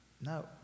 No